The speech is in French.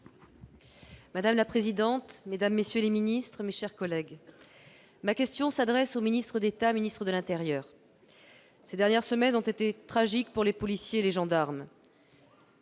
Madame la présidente, mesdames, messieurs les ministres, mes chers collègues, ma question s'adresse à M. le ministre d'État, ministre de l'intérieur. Ces dernières semaines ont été tragiques pour les policiers et les gendarmes.